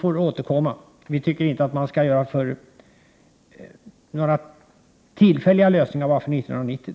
Under alla förhållanden tycker vi inte att det skall genomföras några tillfälliga lösningar enbart för 1990.